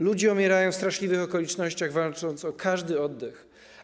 Ludzie umierają w straszliwych okolicznościach, walcząc o każdy oddech.